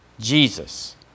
Jesus